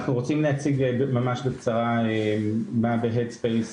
אנחנו רוצים להציג ממש בקצרה מה בהדספייס,